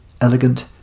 elegant